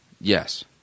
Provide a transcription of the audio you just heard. Yes